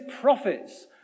prophets